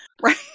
right